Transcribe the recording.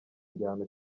igihano